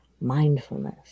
mindfulness